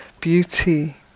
beauty